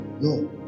No